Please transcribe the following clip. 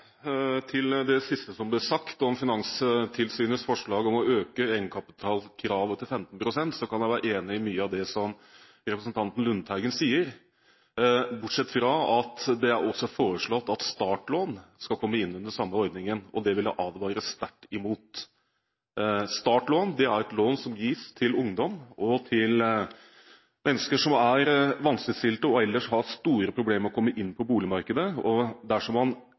gjelder det siste som ble sagt, om Finanstilsynets forslag om å øke egenkapitalkravet til 15 pst., kan jeg være enige i mye av det som representanten Lundteigen sier, bortsett fra at det også er foreslått at startlån skal komme innunder den samme ordningen. Det vil jeg advare sterkt mot. Startlån er et lån som gis til ungdom og til mennesker som er vanskeligstilte, og ellers har store problemer med å komme inn på boligmarkedet. Dersom man